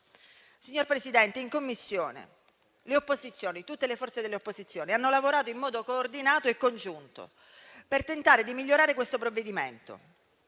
Signor Presidente, in Commissione tutte le forze di opposizione hanno lavorato in modo coordinato e congiunto per tentare di migliorare questo provvedimento.